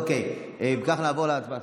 אוקיי, אם כך, נעבור להצבעה.